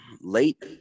Late